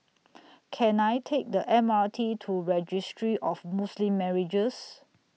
Can I Take The Mr T to Registry of Muslim Marriages